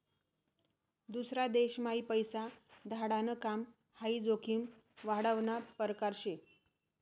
दूसरा देशम्हाई पैसा धाडाण काम हाई जोखीम वाढावना परकार शे